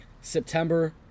September